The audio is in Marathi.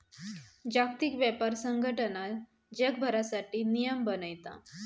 जागतिक व्यापार संघटना जगभरासाठी नियम बनयता